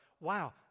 wow